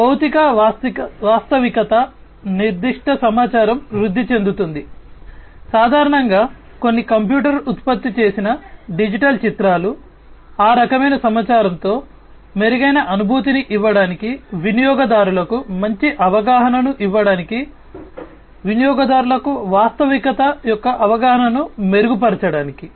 కాబట్టి భౌతిక వాస్తవికత నిర్దిష్ట సమాచారంతో వృద్ధి చెందుతుంది సాధారణంగా కొన్ని కంప్యూటర్ ఉత్పత్తి చేసిన డిజిటల్ చిత్రాలు ఆ రకమైన సమాచారంతో మెరుగైన అనుభూతిని ఇవ్వడానికి వినియోగదారులకు మంచి అవగాహనను ఇవ్వడానికి వినియోగదారులకు వాస్తవికత యొక్క అవగాహనను మెరుగుపరచడానికి